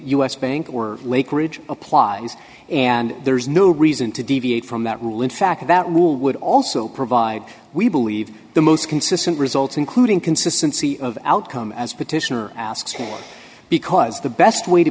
us banks or lake ridge applies and there is no reason to deviate from that rule in fact that rule would also provide we believe the most consistent results including consistency of outcome as petitioner asks for because the best way to